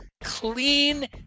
clean